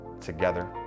together